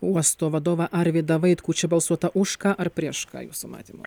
uosto vadovą arvydą vaitkų čia balsuota už ką ar prieš ką jūsų matymu